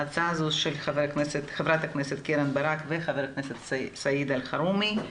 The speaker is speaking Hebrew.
ההצעה הזאת היא של ח"כ קרן ברק וח"כ סעיד אלחרומי.